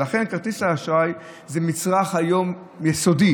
כרטיס האשראי זה מצרך יסודי